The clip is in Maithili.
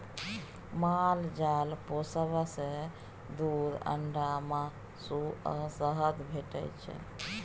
माल जाल पोसब सँ दुध, अंडा, मासु आ शहद भेटै छै